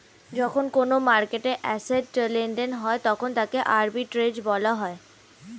যখন কোনো মার্কেটে অ্যাসেট্ লেনদেন হয় তখন তাকে আর্বিট্রেজ বলা হয়